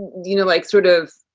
you know, like sort of.